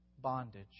bondage